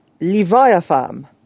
Leviathan